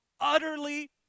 utterly